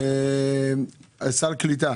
סל קליטה